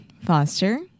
Foster